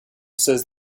says